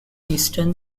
eastern